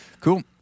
Cool